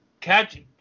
catch